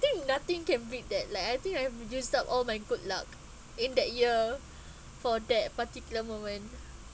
think nothing can beat that like I think I have to use up all my good luck in that year for that particular moment